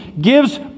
gives